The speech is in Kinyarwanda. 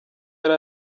yari